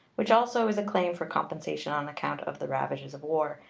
which also is a claim for compensation on account of the ravages of war,